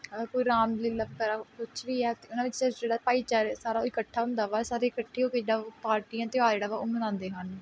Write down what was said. ਕੋਈ ਰਾਮਲੀਲਾ ਵਗੈਰਾ ਕੁਛ ਵੀ ਹੈ ਅਤੇ ਉਹਨਾਂ ਵਿੱਚ ਜਿਹੜਾ ਭਾਈਚਾਰੇ ਸਾਰਾ ਇਕੱਠਾ ਹੁੰਦਾ ਵਾ ਸਾਰੇ ਇਕੱਠੇ ਹੋ ਕੇ ਜਿਹੜਾ ਉਹ ਪਾਰਟੀਆਂ ਤਿਉਹਾਰ ਜਿਹੜਾ ਵਾ ਉਹ ਮਨਾਉਂਦੇ ਹਨ